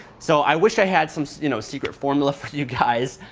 so i wish i had some you know secret formula for you guys,